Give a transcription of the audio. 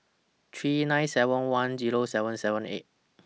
three nine seven one Zero seven seven eight